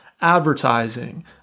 advertising